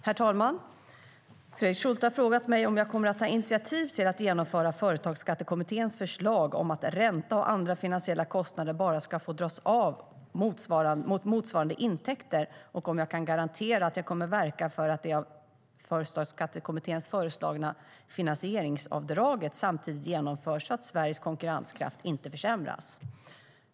Herr talman! Fredrik Schulte har frågat mig om jag kommer att ta initiativ till att genomföra Företagsskattekommitténs, FSK:s, förslag om att ränta och andra finansiella kostnader bara ska få dras av mot motsvarande intäkter och om jag kan garantera att jag kommer att verka för att det av FSK föreslagna finansieringsavdraget samtidigt genomförs, så att Sveriges konkurrenskraft inte försämras.